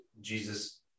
Jesus